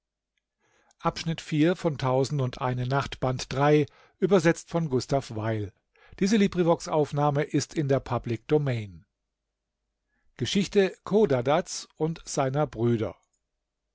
geschichte chodadads und seiner brüder